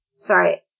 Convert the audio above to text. Sorry